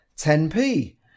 10p